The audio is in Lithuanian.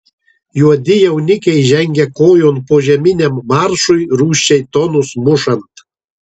juodi jaunikiai žengia kojon požeminiam maršui rūsčiai tonus mušant